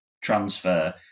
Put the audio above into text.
transfer